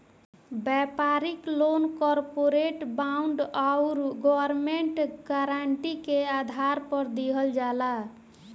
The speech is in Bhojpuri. व्यापारिक लोन कॉरपोरेट बॉन्ड आउर गवर्नमेंट गारंटी के आधार पर दिहल जाला